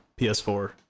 ps4